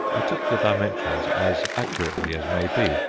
i took the dimensions as accurately as may be,